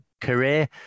career